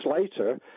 later